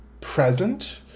present